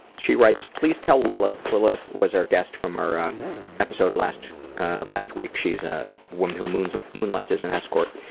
she writes, please tell lillith lillith was our guest from our episode last last week, she's a woman who moonlights moonlights as an escort.